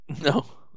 No